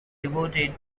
devoted